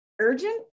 urgent